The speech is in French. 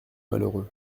malheureux